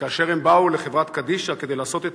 וכאשר הם באו לחברה קדישא כדי לעשות את